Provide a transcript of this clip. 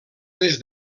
des